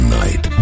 night